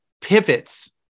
pivots